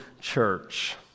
church